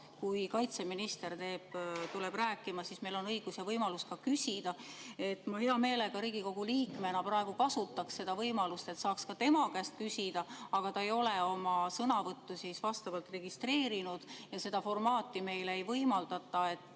kui kaitseminister tuleb rääkima, siis meil on õigus ja võimalus ka küsida. Ma hea meelega Riigikogu liikmena praegu kasutaks seda võimalust, et saaks ka tema käest küsida, aga ta ei ole oma sõnavõttu vastavalt registreerinud ja seda formaati meile ei võimaldata.